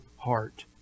heart